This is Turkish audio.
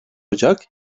ocak